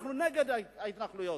אנחנו נגד ההתנחלויות.